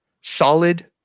solid